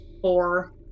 Four